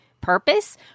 purpose